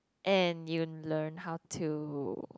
and you learn how to